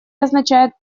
означает